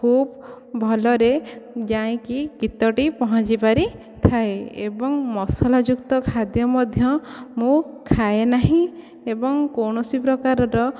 ଖୁବ ଭଲରେ ଯାଇକି ଗୀତଟି ପହଁଞ୍ଚି ପାରିଥାଏ ଏବଂ ମସଲାଯୁକ୍ତ ଖାଦ୍ୟ ମଧ୍ୟ ମୁଁ ଖାଏ ନାହିଁ ଏବଂ କୌଣସି ପ୍ରକାରର